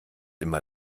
immer